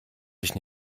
dich